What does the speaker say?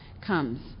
comes